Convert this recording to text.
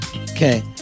Okay